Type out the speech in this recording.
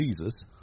Jesus